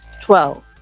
Twelve